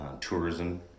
tourism